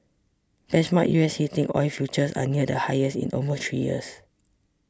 benchmark U S heating oil futures are near the highest in almost three years